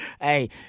hey